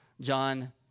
John